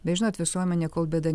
bet žinot visuomenė kol bėda